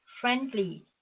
friendly